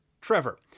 Trevor